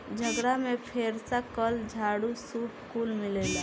झगड़ा में फेरसा, कल, झाड़ू, सूप कुल मिलेला